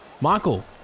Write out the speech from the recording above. Michael